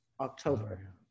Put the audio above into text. October